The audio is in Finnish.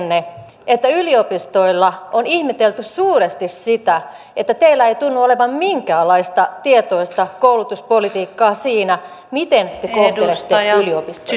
tiedoksenne että yliopistoilla on ihmetelty suuresti sitä että teillä ei tunnu olevan minkäänlaista tietoista koulutuspolitiikkaa siinä miten te kohtelette yliopistoja